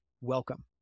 welcome